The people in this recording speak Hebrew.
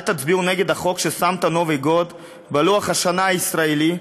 אל תצביעו נגד החוק של סנטה נובי גוד בלוח השנה הישראלי,